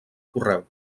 correu